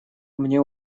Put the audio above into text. мне